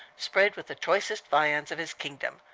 spread with the choicest viands of his kingdom,